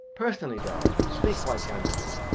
personally, darling, to speak quite candidly,